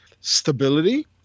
stability